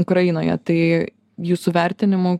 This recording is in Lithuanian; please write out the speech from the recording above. ukrainoje tai jūsų vertinimu